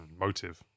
Motive